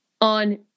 On